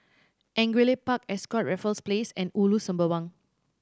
Angullia Park Ascott Raffles Place and Ulu Sembawang